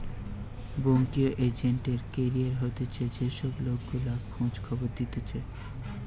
banking agent এর career হতিছে যে সব লোক গুলা খোঁজ খবর দিতেছে